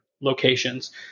locations